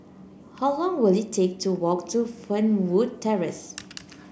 how long will it take to walk to Fernwood Terrace